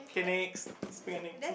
okay next speak your next one